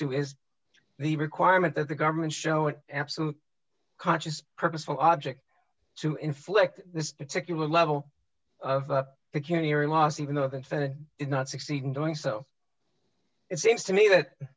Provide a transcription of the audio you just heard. to is the requirement that the government show it absolute conscious purposeful object to inflict this particular level of security or loss even though the infant did not succeed in doing so it seems to me that